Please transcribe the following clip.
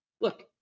Look